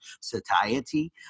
satiety